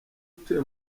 atuye